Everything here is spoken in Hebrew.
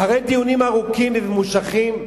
אחרי דיונים ארוכים וממושכים,